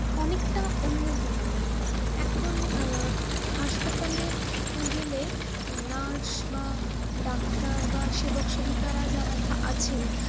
অনেকটা উন্নতমানের এখন হাসপাতালে গেলে নার্স বা ডাক্তার বা সেবক সেবিকারা যারা আছেন